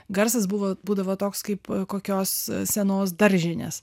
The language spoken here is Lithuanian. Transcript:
garsas buvo būdavo toks kaip kokios senos daržinės